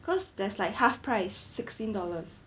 cause there's like half price sixteen dollars